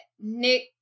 Nick